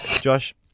Josh